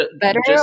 better